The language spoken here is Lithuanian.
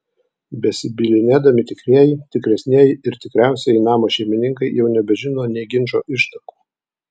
besibylinėdami tikrieji tikresnieji ir tikriausieji namo šeimininkai jau nebežino nė ginčo ištakų